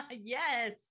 Yes